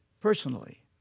personally